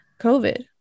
COVID